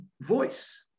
voice